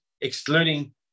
excluding